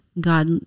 God